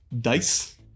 dice